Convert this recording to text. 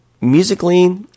Musically